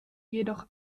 jedoch